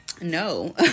no